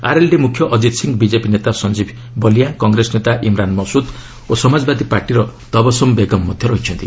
RLD ମୁଖ୍ୟ Ajit Singh BJP ନେତା Sanjeev Balyan Congress ନେତା ଇମ୍ରାନ୍ ମସୁଦ୍ ଓ ସମାଜବାଦୀ ପାର୍ଟିର ତବସୁମ୍ ବେଗମ୍ ମଧ୍ୟ ରହିଛନ୍ତି